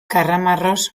karramarroz